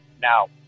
Now